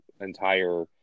entire